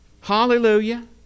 Hallelujah